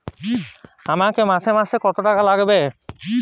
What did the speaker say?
আমাকে মাসে মাসে কত টাকা লাগবে?